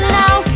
now